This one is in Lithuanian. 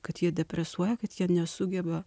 kad jie depresuoja kad jie nesugeba